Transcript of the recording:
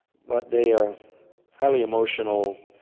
but they are highly emotional,